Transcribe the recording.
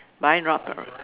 buying right pro~